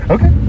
Okay